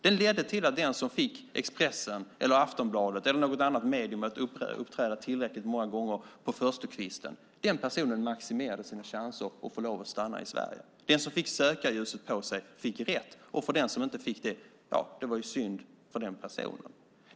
Den ledde till att den som fick Expressen, Aftonbladet eller något annat medium att uppträda tillräckligt många gånger på förstukvisten maximerade sina chanser att få lov att stanna i Sverige. Den som fick sökarljuset på sig fick rätt, men den som inte fick det - ja, det var ju synd för den personen.